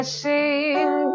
sing